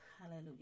Hallelujah